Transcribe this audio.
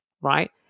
right